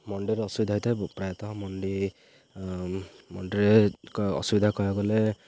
ମଣ୍ଡିର ଅସୁବିଧା ହେଇଥାଏ ପ୍ରାୟତଃ ମଣ୍ଡି ମଣ୍ଡିରେ ଅସୁବିଧା କହିବାକୁ ଗଲେ